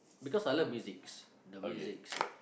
because I love musics the musics